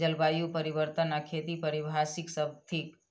जलवायु परिवर्तन आ खेती पारिभाषिक शब्द थिक